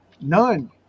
none